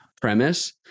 premise